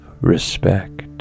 respect